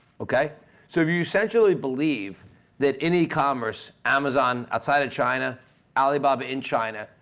okay so if you essentially believe that any commerce, amazon, outside of china alibaba in china,